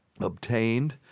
obtained